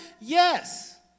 Yes